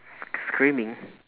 s~ screaming